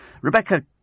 Rebecca